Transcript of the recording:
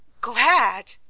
Glad